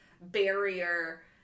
barrier